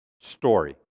story